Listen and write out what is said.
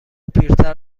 پیرتر